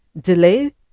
Delay